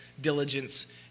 diligence